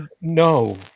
No